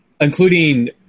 including